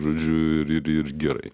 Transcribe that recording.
žodžiu ir ir ir gerai